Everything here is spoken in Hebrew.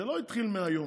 זה לא התחיל מהיום.